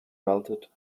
melted